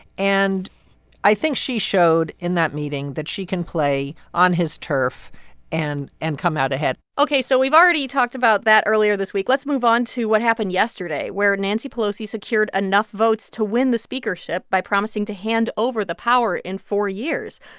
and i think she showed in that meeting that she can play on his turf and and come out ahead ok. so we've already talked about that earlier this week. let's move on to what happened yesterday, where nancy pelosi secured enough votes to win the speakership by promising to hand over the power in four years.